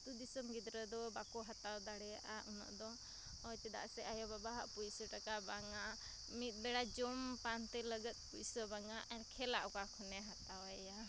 ᱟᱛᱳ ᱫᱤᱥᱚᱢ ᱜᱤᱫᱽᱨᱟᱹᱫᱚ ᱵᱟᱠᱚ ᱦᱟᱛᱟᱣ ᱫᱟᱲᱮᱭᱟᱜᱼᱟ ᱩᱱᱟᱹᱜᱫᱚ ᱪᱮᱫᱟᱜ ᱥᱮ ᱟᱭᱳᱼᱵᱟᱵᱟᱣᱟᱜ ᱯᱩᱭᱥᱟᱹᱼᱴᱟᱠᱟ ᱵᱟᱝᱟ ᱢᱤᱫᱵᱮᱲᱟ ᱡᱚᱢ ᱯᱟᱱᱛᱮ ᱞᱟᱹᱜᱤᱫ ᱯᱩᱭᱥᱟᱹ ᱵᱟᱝᱟ ᱟᱨ ᱠᱷᱮᱞᱟᱜ ᱚᱠᱟ ᱠᱷᱚᱱᱮ ᱦᱟᱛᱟᱣᱟᱭᱟ